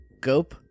Gope